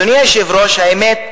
אדוני היושב-ראש, האמת,